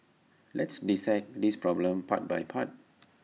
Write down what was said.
let's dissect this problem part by part